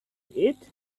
eat